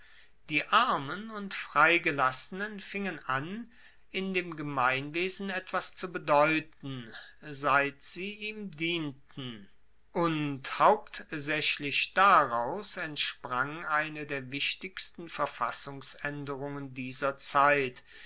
die armen und freigelassenen fingen an in dem gemeinwesen etwas zu bedeuten seit sie ihm dienten und hauptsaechlich daraus entsprang eine der wichtigsten verfassungsaenderungen dieser zeit